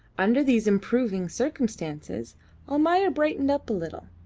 under these improving circumstances almayer brightened up a little.